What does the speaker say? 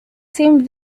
seemed